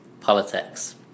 Politics